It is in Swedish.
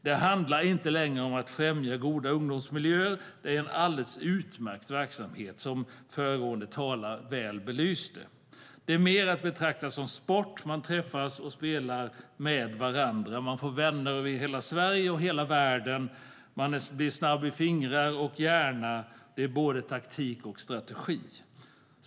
Det handlar inte om att främja goda ungdomsmiljöer; det här är en alldeles utmärkt verksamhet, vilket föregående talare väl belyste. Det är mer att betrakta som sport. Man träffas och spelar med varandra, och man får vänner över hela Sverige och hela världen. Man blir snabb i fingrar och hjärna, det är både taktik och strategi.